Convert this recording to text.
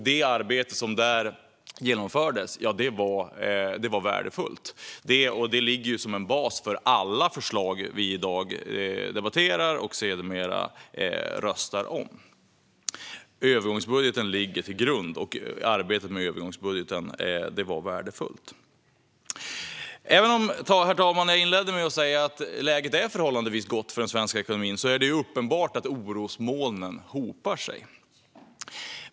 Det arbete som genomfördes var värdefullt och ligger som en bas för alla förslag vi i dag debatterar och sedermera röstar om. Övergångsbudgeten ligger till grund, och arbetet med den var värdefullt. Även om jag, herr talman, inledde med att säga att läget för den svenska ekonomin är förhållandevis gott är det uppenbart att orosmolnen hopar sig.